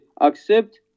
accept